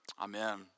amen